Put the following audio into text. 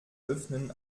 öffnen